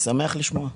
שמח לשמוע,